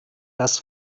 das